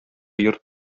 йорт